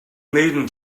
maiden